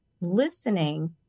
Listening